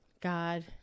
God